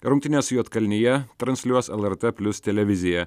rungtynes su juodkalnija transliuos lrt plius televizija